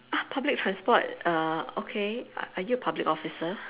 ah public transport err okay are are you a public officer